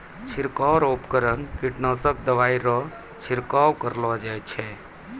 छिड़काव रो उपकरण कीटनासक दवाइ रो छिड़काव करलो जाय छै